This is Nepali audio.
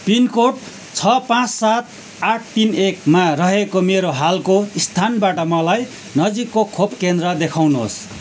पिनकोड छ पाँच सात आठ तिन एक मा रहेको मेरो हालको स्थानबाट मलाई नजिकको खोप केन्द्र देखाउनुहोस्